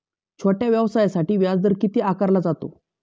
छोट्या व्यवसायासाठी व्याजदर किती आकारला जातो?